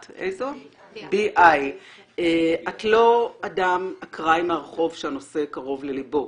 BI. את לא אדם אקראי מהרחוב שהנושא קרוב ללבו,